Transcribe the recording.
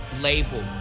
label